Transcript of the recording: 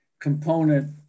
component